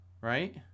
right